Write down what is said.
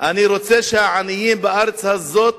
אני רוצה שהעניים בארץ הזאת,